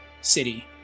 city